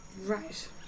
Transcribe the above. Right